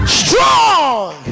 strong